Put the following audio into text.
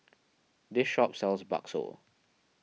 this shop sells Bakso